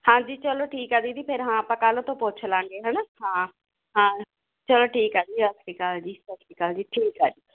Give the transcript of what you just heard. ਹਾਂਜੀ ਚਲੋ ਠੀਕ ਆ ਦੀਦੀ ਫਿਰ ਹਾਂ ਆਪਾਂ ਕੱਲ ਤੋਂ ਪੁੱਛ ਲਾਂਗੇ ਹਨਾ ਹਾਂ ਹਾਂ ਚਲੋ ਠੀਕ ਆ ਜੀ ਸਤਿ ਸ਼੍ਰੀ ਅਕਾਲ ਜੀ ਸਤਿ ਸ਼੍ਰੀ ਅਕਾਲ ਜੀ ਠੀਕ ਹੈ ਜੀ